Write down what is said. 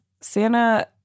santa